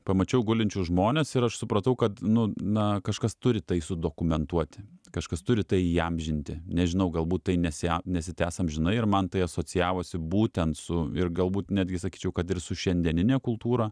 pamačiau gulinčius žmones ir aš supratau kad nu na kažkas turi tai su dokumentuoti kažkas turi tai įamžinti nežinau galbūt tai nes ją nesitęs amžinai ir man tai asocijavosi būtent su ir galbūt netgi sakyčiau kad ir su šiandienine kultūra